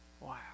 Wow